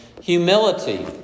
humility